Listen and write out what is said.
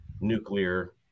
nuclear